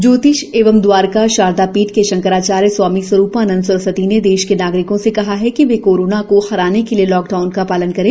ज्योतिष एवं दवारका शारदा पीठ के शंकराचार्य स्वामी स्वरूपानंद सरस्वती ने देश के नागरिको से कहा कि वे कोरोना को हराने के लिए लॉकडाउन का पालन करें